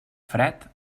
fred